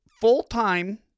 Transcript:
full-time